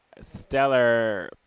stellar